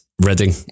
Reading